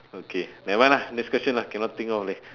okay never mind lah next question lah cannot think of leh